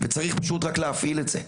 וצריך פשוט רק להפעיל את זה.